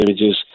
images